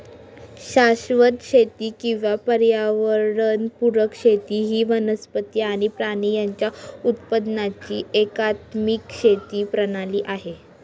शाश्वत शेती किंवा पर्यावरण पुरक शेती ही वनस्पती आणि प्राणी यांच्या उत्पादनाची एकात्मिक शेती प्रणाली आहे